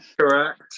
Correct